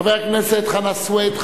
חבר הכנסת חנא סוייד,